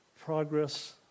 progress